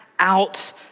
out